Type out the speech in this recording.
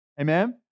Amen